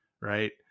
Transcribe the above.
right